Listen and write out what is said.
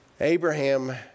Abraham